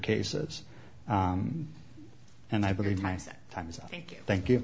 cases and i believe my times thank you